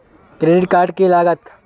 Credit card की लागत?